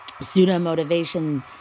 pseudo-motivation